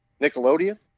nickelodeon